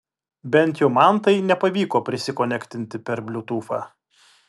bent jau man tai nepavyko prisikonektinti per bliutūfą